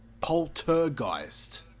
Poltergeist